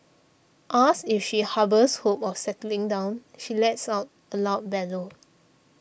asked if she harbours hopes of settling down she lets out a loud bellow